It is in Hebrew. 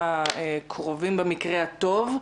החודשים הקרובים, במקרה הטוב.